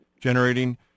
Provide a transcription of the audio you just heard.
generating